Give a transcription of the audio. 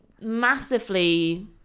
massively